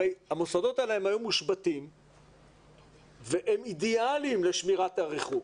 המוסדות האלה היום מושבתים והם אידיאלים לשמירת הריחוק.